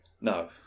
No